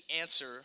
answer